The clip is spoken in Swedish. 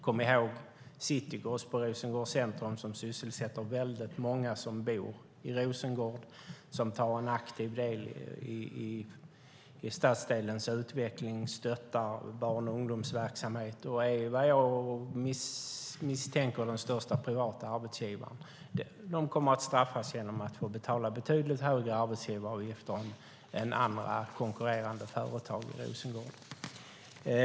Kom ihåg City Gross i Rosengård Centrum, som sysselsätter väldigt många som bor i Rosengård, som tar en aktiv del i stadsdelens utveckling, stöttar barn och ungdomsverksamhet och, vad jag misstänker, är den största privata arbetsgivaren. De kommer att straffas genom att få betala betydligt högre arbetsgivaravgifter än andra konkurrerande företag i Rosengård.